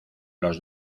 los